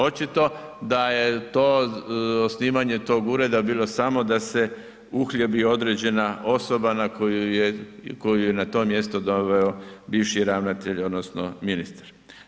Očito da je to osnivanje tog ureda bilo samo da se uhljebi određena osoba koju je na to mjesto doveo bivši ravnatelj, odnosno ministar.